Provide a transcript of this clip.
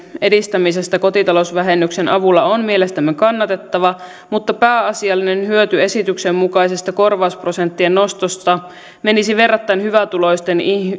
edistämisestä kotitalousvähennyksen avulla on mielestämme kannatettava mutta pääasiallinen hyöty esityksen mukaisesta korvausprosenttien nostosta menisi verrattain hyvätuloisten